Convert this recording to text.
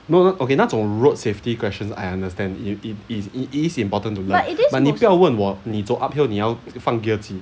no no okay 那种 road safety questions I understand it is it is important to know but 你不要问我你走 uphill 你要放 gear 几